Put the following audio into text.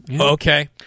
Okay